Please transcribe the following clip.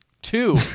Two